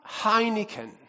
Heineken